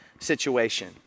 situation